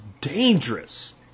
dangerous